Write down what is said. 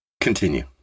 Continue